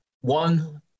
one